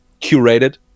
curated